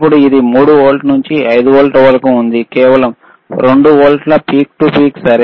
ఇప్పుడు ఇది 3 వోల్ట్ల నుండి 5 వోల్ట్ల వరకు ఉంది కేవలం 2 వోల్ట్ల పీక్ టు పీక్ సరే